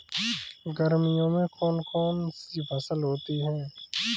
गर्मियों में कौन कौन सी फसल होती है?